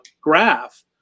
graph